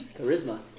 Charisma